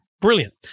Brilliant